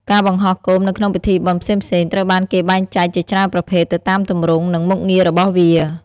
ការបង្ហោះគោមនៅក្នុងពិធីបុណ្យផ្សេងៗត្រូវបានគេបែងចែកជាច្រើនប្រភេទទៅតាមទម្រង់ និងមុខងាររបស់វា។